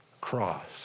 cross